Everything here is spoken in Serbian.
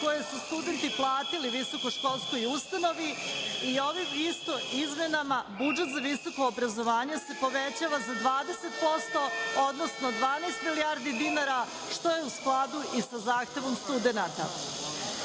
koje su studenti platili visokoškolskoj ustanovi i ovim izmenama budžet za visoko obrazovanje se povećava za 20%, odnosno 12 milijardi dinara, što je u skladu i sa zahtevom studenata.